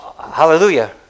Hallelujah